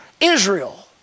Israel